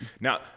Now